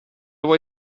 vuoi